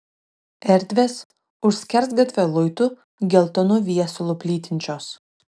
erdvės už skersgatvio luitų geltonu viesulu plytinčios